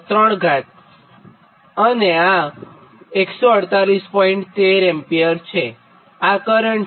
13 છેઆ કરંટ છે